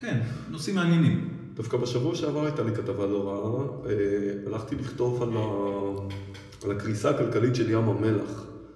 כן, נושאים מעניינים. דווקא בשבוע שעבר הייתה לי כתבה דומה, אה... הלכתי לכתוב על ה... על הקריסה הכלכלית של ים המלח.